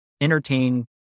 entertain